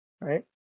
right